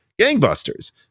Gangbusters